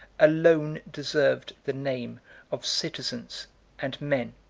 alone deserved the name of citizens and men.